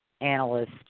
analyst